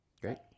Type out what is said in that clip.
Great